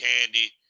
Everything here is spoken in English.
candy